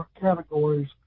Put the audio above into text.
categories